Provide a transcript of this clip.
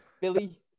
Billy